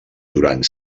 durant